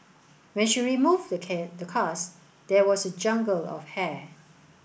when she removed the cast there was a jungle of hair